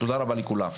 תודה רבה לכולם.